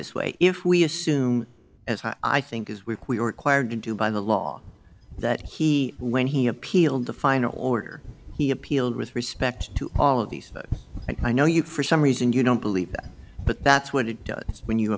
this way if we assume as i think is week we were acquired to do by the law that he when he appealed the final order he appealed with respect to all of these but i know you for some reason you don't believe that but that's what it does when you